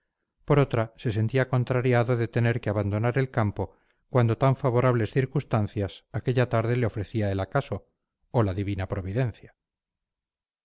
por otra se sentía contrariado de tener que abandonar el campo cuando tan favorables circunstancias aquella tarde le ofrecía el acaso o la divina providencia